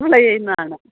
വിള ചെയ്യുന്നതാണ്